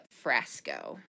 Frasco